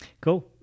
cool